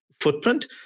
Footprint